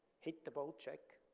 hit the boat, jack.